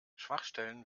schwachstellen